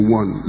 one